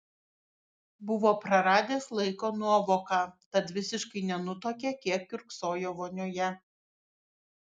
buvo praradęs laiko nuovoką tad visiškai nenutuokė kiek kiurksojo vonioje